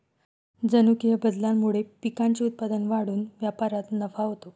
जनुकीय बदलामुळे पिकांचे उत्पादन वाढून व्यापारात नफा होतो